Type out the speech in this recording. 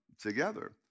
together